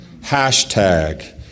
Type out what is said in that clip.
hashtag